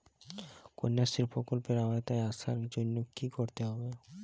কন্যাশ্রী প্রকল্পের আওতায় আসার জন্য কী করতে হবে?